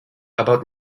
about